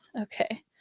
Okay